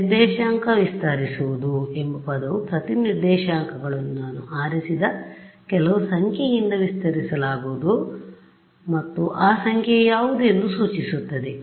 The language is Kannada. ನಿರ್ದೇಶಾಂಕ ವಿಸ್ತರಿಸುವುದು ಎಂಬ ಪದವು ಪ್ರತಿ ನಿರ್ದೇಶಾಂಕಗಳನ್ನು ನಾನು ಆರಿಸಿದ ಕೆಲವು ಸಂಖ್ಯೆಯಿಂದ ವಿಸ್ತರಿಸಲಾಗುವುದು ಮತ್ತು ಆ ಸಂಖ್ಯೆ ಯಾವುದು ಎಂದು ಸೂಚಿಸುತ್ತದೆ